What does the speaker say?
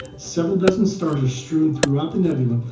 several dozen stars are strewn throughout the nebula,